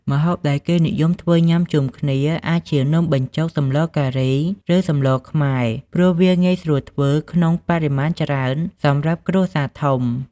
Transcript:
ម្ហូបដែលគេនិយមធ្វើញុំាជុំគ្នាអាចជានំបញ្ចុកសម្លការី ឬ សម្លខ្មែរ ព្រោះវាងាយស្រួលធ្វើក្នុងបរិមាណច្រើនសម្រាប់គ្រួសារធំ។